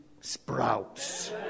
sprouts